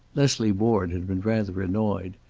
leslie ward had been rather annoyed.